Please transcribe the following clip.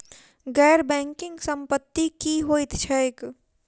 गैर बैंकिंग संपति की होइत छैक?